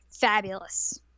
fabulous